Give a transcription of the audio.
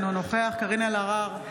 אינו נוכח קארין אלהרר,